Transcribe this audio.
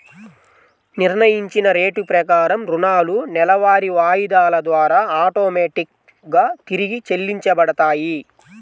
నిర్ణయించిన రేటు ప్రకారం రుణాలు నెలవారీ వాయిదాల ద్వారా ఆటోమేటిక్ గా తిరిగి చెల్లించబడతాయి